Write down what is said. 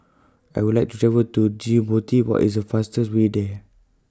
I Would like to travel to Djibouti What IS The fastest Way There